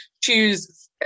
choose